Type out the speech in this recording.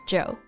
Joe